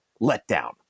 letdown